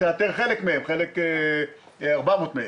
נאתר חלק מהם, כ-400 מהם.